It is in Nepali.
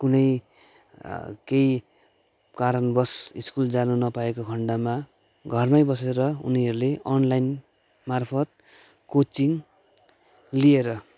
कुनै केही कारणवश स्कुल जान नपाएको खन्डमा घरमै बसेर उनीहरले अनलाइन मार्फत कोचिङ लिएर